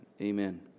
Amen